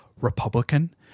Republican